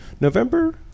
November